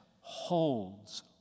holds